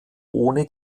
ohne